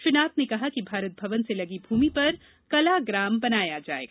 श्री नाथ ने कहा कि भारत भवन से लगी भूमि पर कला ग्राम बनाया जाएगा